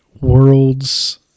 world's